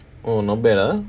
oh not bad ah